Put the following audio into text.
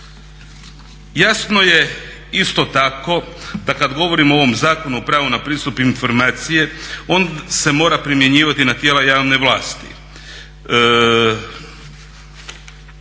Jasno je isto tako da kada govorimo o ovom Zakonu na pravo pristupa informaciji on se mora primjenjivati na tijela javne vlasti.